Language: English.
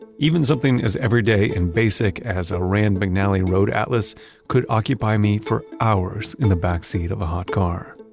even something as everyday and basic as a rand mcnally road atlas could occupy me for hours in the backseat of a hot car.